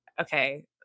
okay